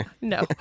no